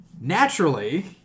Naturally